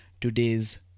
today's